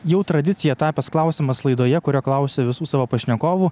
jau tradicija tapęs klausimas laidoje kurio klausiu visų savo pašnekovų